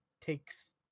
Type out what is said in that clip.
takes